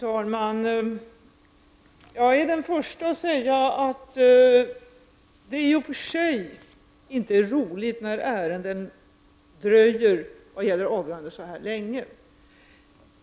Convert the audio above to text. Fru talman! Jag är den första att säga att det i och för sig inte är roligt när avgöranden i ärendena dröjer så här länge.